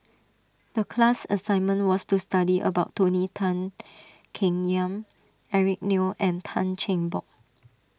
the class assignment was to study about Tony Tan Keng Yam Eric Neo and Tan Cheng Bock